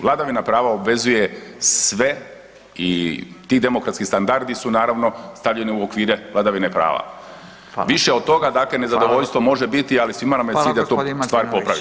Vladavina prava obvezuje sve i ti demokratski standardi su naravno stavljeni u okvire vladavine prava [[Upadica Radin: Hvala.]] Više od toga, [[Upadica Radin: Hvala.]] dakle nezadovoljstvo može biti ali svima nam je cilj da tu stvar popravimo.